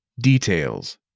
Details